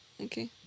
okay